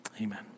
Amen